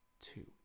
two